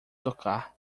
tocar